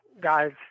guys